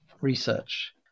research